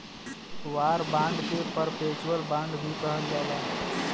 war bond के perpetual bond भी कहल जाला